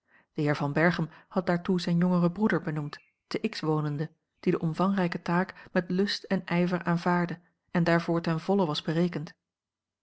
de heer van berchem had daartoe zijn jongeren broeder benoemd te x wonende die de omvangrijke taak met lust en ijver aanvaardde en daarvoor ten volle was berekend